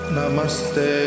Namaste